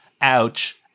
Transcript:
ouch